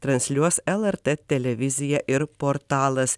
transliuos lrt televizija ir portalas